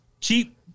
Cheap